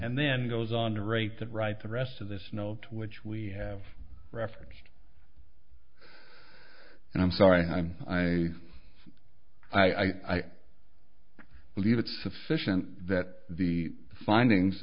and then goes on to rate that right the rest of this note which we have referenced and i'm sorry i'm i i believe it's sufficient that the findings